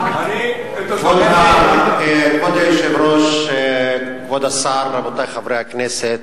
כבוד היושב-ראש, כבוד השר, רבותי חברי הכנסת,